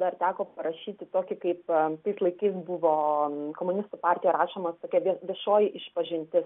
dar teko parašyti tokį kaip tais laikais buvo komunistų partijai rašoma tokia vie viešoji išpažintis